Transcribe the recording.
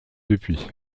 depuis